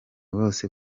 bose